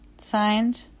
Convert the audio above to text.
Signed